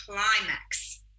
climax